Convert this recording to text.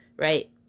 right